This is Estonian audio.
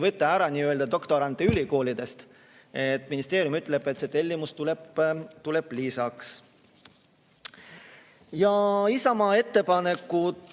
võta ära doktorante ülikoolidest. Ministeerium ütleb, et see tellimus tuleb lisaks. Isamaa ettepanekud